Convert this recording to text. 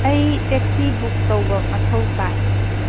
ꯑꯩ taxi book ꯇꯧꯕ ꯃꯊꯧ ꯇꯥꯏ